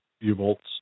U-bolts